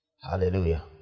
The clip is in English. hallelujah